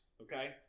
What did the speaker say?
Okay